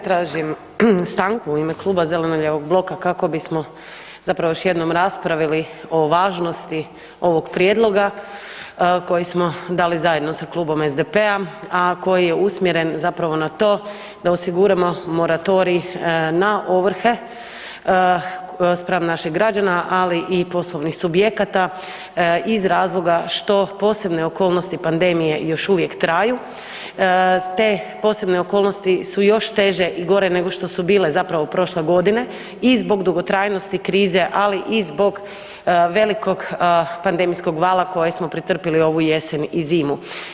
Tražim stanku u ime kluba zeleno-lijevog bloka kako bismo zapravo još jednom raspravili o važnosti ovog prijedloga koji smo dali zajedno sa klubom SDP-a a koji je usmjereno zapravo na to da osiguramo moratorij na ovrhe spram naših građana ali i poslovnih subjekata iz razloga što posebne okolnosti pandemije još uvijek traju, te posebne okolnosti su još teže i gore nego što su bile zapravo prošle godine i zbog dugotrajnosti krize ali i zbog velikog pandemijskog vala kojeg smo pretrpili ovu jesen i zimu.